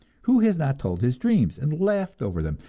who has not told his dreams and laughed over them?